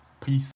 Peace